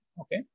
Okay